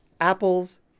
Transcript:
apples